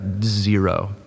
zero